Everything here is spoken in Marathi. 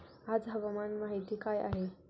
आज हवामान माहिती काय आहे?